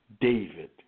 David